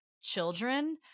children